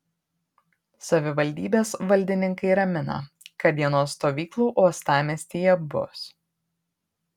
savivaldybės valdininkai ramina kad dienos stovyklų uostamiestyje bus